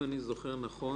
אם אני זוכר נכון